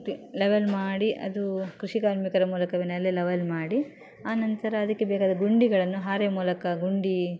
T level ಮಾಡಿ ಅದು ಕೃಷಿ ಕಾರ್ಮಿಕರ ಮೂಲಕವೇ ನೆಲ ಲೆವೆಲ್ ಮಾಡಿ ಆನಂತರ ಅದಕ್ಕೆ ಬೇಕಾದ ಗುಂಡಿಗಳನ್ನು ಹಾರೆ ಮೂಲಕ ಗುಂಡಿ